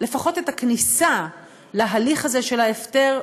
לפחות את הכניסה להליך הזה של ההפטר,